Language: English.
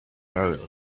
burial